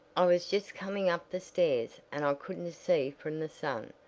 i was just coming up the stairs, and i couldn't see from the sun,